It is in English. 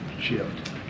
shift